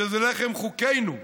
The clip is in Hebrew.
וזה לחם חוקנו.